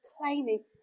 claiming